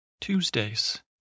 Tuesdays